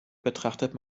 betrachtet